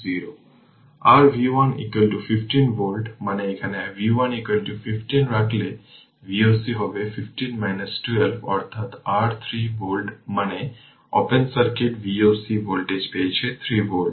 R V 1 15 volt মানে এখানে v 1 15 রাখলে V o c হবে 15 12 অর্থাৎ r 3 ভোল্ট মানে open circuit V o c voltage পেয়েছে 3 ভোল্ট